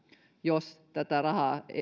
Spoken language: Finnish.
jos tätä rahaa